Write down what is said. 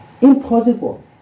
impossible